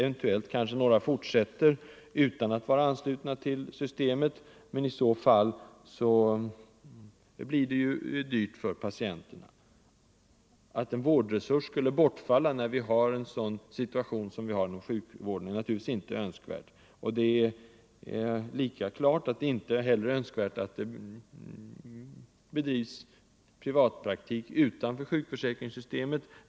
Eventuellt fortsätter några läkare utan att vara anslutna till systemet, men i så fall blir det dyrt för patienterna. Att en vårdresurs skulle bortfalla när vi har en sådan bristsituation inom sjukvården är naturligtvis inte önskvärt. Lika klart är att det inte är önskvärt att det bedrivs privatpraktik utanför sjukförsäkringssystemet.